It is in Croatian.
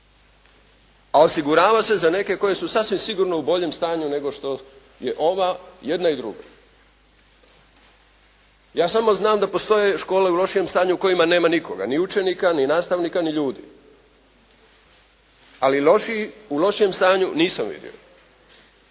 A osigurava se za neke koje su sasvim sigurno u boljem stanju nego što je ova, jedna i druga. Ja samo znam da postoje škole u lošijem stanju u kojima nema nikoga, ni učenika, ni nastavnika, ni ljudi. Ali lošijih, u lošijem stanju nisam vidio.